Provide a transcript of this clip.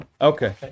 Okay